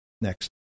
next